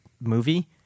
movie